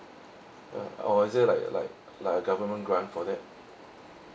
uh oh is it like like like a government grant for that